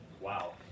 Wow